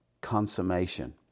consummation